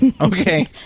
Okay